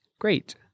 Great